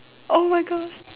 oh my gosh